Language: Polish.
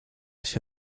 się